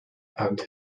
and